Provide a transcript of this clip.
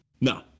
No